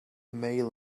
male